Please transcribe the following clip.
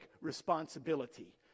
responsibility